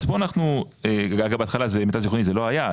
אז פה אנחנו ואגב בהתחלה למיטב זכרוני זה לא היה,